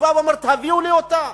הוא בא ואומר: תביאו לי אותה.